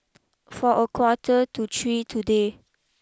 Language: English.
for a quarter to three today